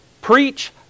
Preach